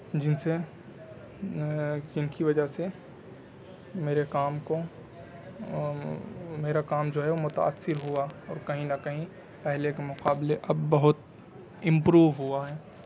جن سے جن کی وجہ سے میرے کام کو میرا کام جو ہے متأثر ہوا اور کہیں نہ کہیں پہلے کے مقابلے اب بہت امپروو ہوا ہے